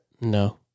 No